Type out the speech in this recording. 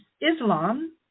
Islam